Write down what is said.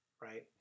right